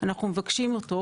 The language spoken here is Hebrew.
אנחנו מבקשים אותו.